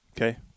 Okay